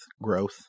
growth